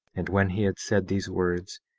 and when he had said these words,